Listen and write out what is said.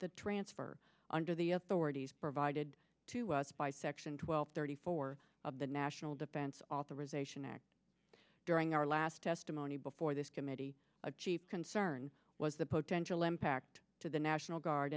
the transfer under the authorities provided to us by section twelve thirty four of the national defense authorization act during our last testimony before this committee of chief concern was the potential impact to the national guard